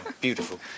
beautiful